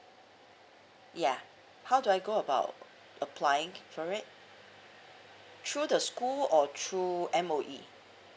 ya how do I go about applyig for it through the school or through M_O_E